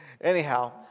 Anyhow